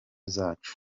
zacu